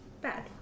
bad